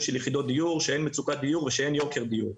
של יחידות דיור שאין מצוקת דיור ושאין יוקר דיור.